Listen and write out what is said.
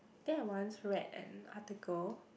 think I once read an article